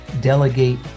delegate